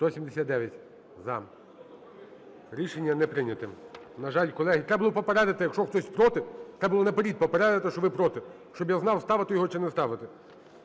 За-179 Рішення не прийнято. На жаль, колеги. Треба було попередити, якщо хтось проти, треба було наперед попередити, що ви проти, щоб я знав ставити його чи не ставити.